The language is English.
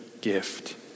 gift